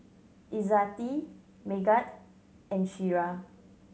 Izzati Megat and Syirah